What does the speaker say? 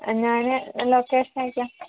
ഞാന് ലൊക്കേഷൻ അയക്കാം